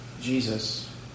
Jesus